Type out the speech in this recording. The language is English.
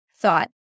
thought